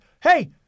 hey